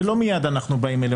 ולא מיד אנחנו באים אליהם,